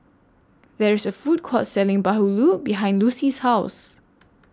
There IS A Food Court Selling Bahulu behind Lucie's House